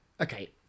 okay